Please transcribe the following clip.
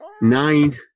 nine